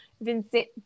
Vincent